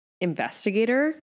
investigator